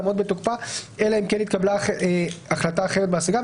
תעמוד בתוקפה אלא אם כן התקבלה החלטה אחרת בהשגה,